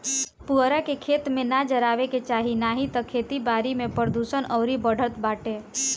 पुअरा के, खेत में ना जरावे के चाही नाही तअ खेती बारी में प्रदुषण अउरी बढ़त बाटे